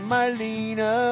Marlena